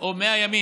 או תוך 100 ימים